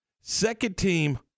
second-team